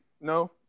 no